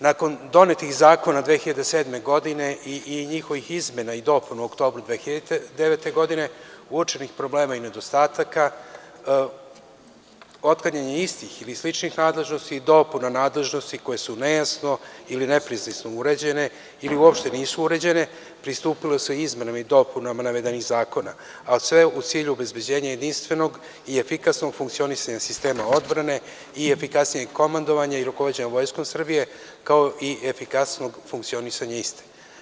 Nakon donetih zakona 2007. godine i njihovih izmena i dopuna u oktobru 2009. godine, uočenih problema i nedostataka, otklanjanje istih ili sličnih nadležnosti, dopune nadležnosti koje su nejasno ili neprecizno uređene ili uopšte nisu uređene, pristupilo se izmenama i dopunama navedenih zakona, a sve u cilju obezbeđenja jedinstvenog i efikasnog funkcionisanja sistema odbrane i efikasnijeg komandovanja i rukovođenja Vojskom Srbije, kao i efikasnijeg funkcionisanja iste.